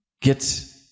get